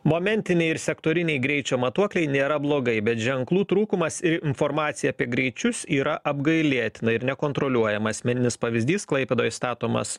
momentiniai ir sektoriniai greičio matuokliai nėra blogai bet ženklų trūkumas informacija apie greičius yra apgailėtina ir nekontroliuojama asmeninis pavyzdys klaipėdoj statomas